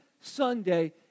Sunday